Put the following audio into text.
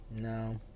No